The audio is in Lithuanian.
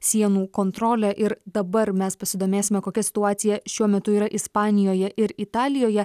sienų kontrolę ir dabar mes pasidomėsime kokia situacija šiuo metu yra ispanijoje ir italijoje